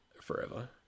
forever